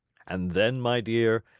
and then, my dear,